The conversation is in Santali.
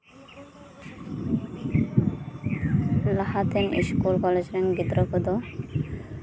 ᱞᱟᱦᱟᱛᱮᱱ ᱥᱠᱩᱞ ᱠᱚᱞᱮᱡ ᱨᱮᱱ ᱜᱤᱫᱽᱨᱟᱹ ᱠᱚᱫᱚ